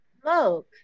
Smoke